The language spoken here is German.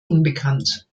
unbekannt